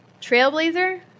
trailblazer